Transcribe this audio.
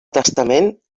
testament